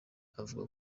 avuga